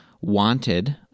Wanted